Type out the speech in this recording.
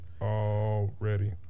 Already